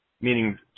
meaning